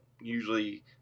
Usually